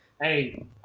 Hey